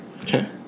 okay